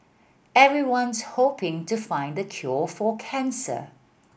everyone's hoping to find the cure for cancer